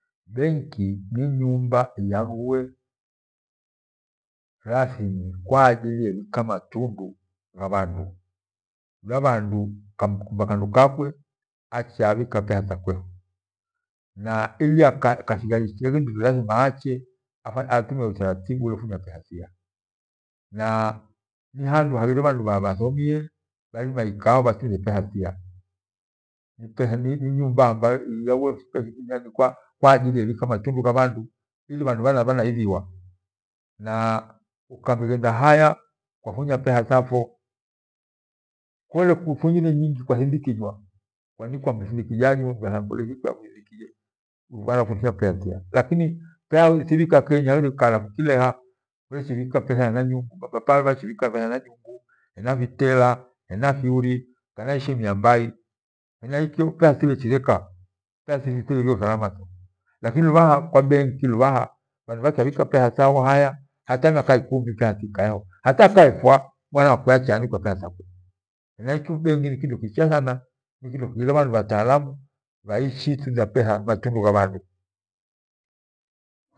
Benki ni nyumba iaghiwe rasmi kwa ajili yebhika matundu gha bhandu, mdu kamukumba kandokakwe acha abhika petha takwa ho. Naili akashija ikekindirio lathima ache afanye utaratibu lwefunya petha tia na nihandu haghire bhandu bhathonie bhairima bhahire kathi. Na ninyumba iaghiwe kwa ajili yebhika matundu gha bhandu ili bhandu bhana ibhiwa. Na ukamighende haya kwafunya petha thapfuno kole kufungire nyingi kwathindikijwa, kwanikwa mthindi thaji ache akuthinkije lakini petha itibhika kenyi haghile kula nikileha bhechibhika petha hena Nyunga hena fitela, hena fyuri kana ishimia rubai. Henaikyo petha titlechireka. Lakini lubha bhandu bhakyabhika petha thabho haya miaka ikani thiikaeho. Hata kaepwa mwana wakwe acha anikwe petha thakwe. Hena benko nikindo kicha thawa kighire bhataalamu bhaihi ithuntrha matundu, petha thabhandu.